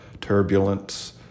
turbulence